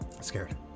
Scared